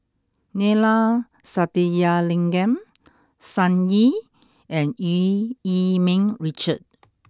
Neila Sathyalingam Sun Yee and Eu Yee Ming Richard